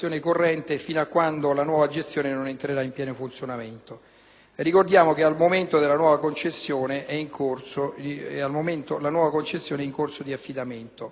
Ricordiamo che al momento la nuova concessione è in corso di affidamento. A causa dell'unico *hobby* del Governo,